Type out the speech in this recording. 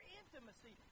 intimacy